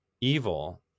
evil